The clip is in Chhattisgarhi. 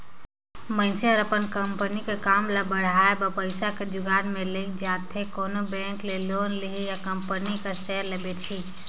मइनसे हर अपन कंपनी कर काम ल बढ़ाए बर पइसा कर जुगाड़ में लइग जाथे कोनो बेंक ले लोन लिही या अपन कंपनी कर सेयर ल बेंचही